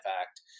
Act